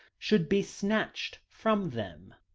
should be snatched from them.